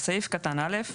(א)בסעיף קטן (א),